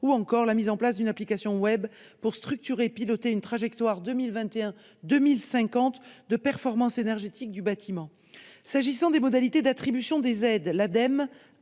ou encore la mise en place d'une application web pour structurer et piloter une trajectoire 2021-2050 de performance énergétique du bâtiment. S'agissant des modalités d'attribution des aides, l'Ademe